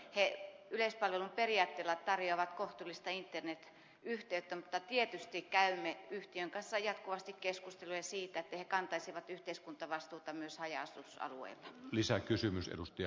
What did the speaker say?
he yleispalveluperiaatteella tarjoavat kohtuullista internetyhteyttä mutta tietysti käymme yhtiön kanssa jatkuvasti keskusteluja siitä että se kantaisi yhteiskuntavastuuta myös haja asutusalueilla